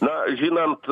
na žinant